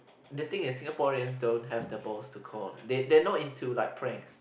the thing is Singaporeans don't have the balls to call they are not into like pranks